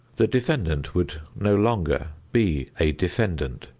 the defendant would no longer be a defendant.